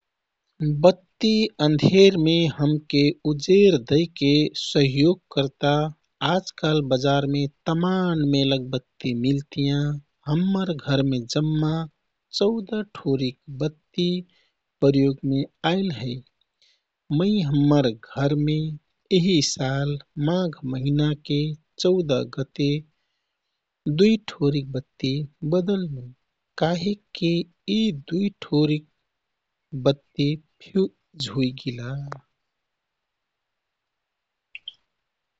बत्ति अन्धेरमे हमके उजेर दैके सहयोग करता। आजकाल बजारमे तमान मेलक बत्ति मिल्तियाँ। हम्मर घरमे जम्मा चौद ठोरिक बत्ति प्रयोगमे आइल हे। मै हम्मर घरमे यीहि साल माघ महिनाके चौद गते दुइ ठोरिक बत्ति बदल्नु काहिक की यी दुइ ठोरिक बत्ति फ्युज हुइगिला।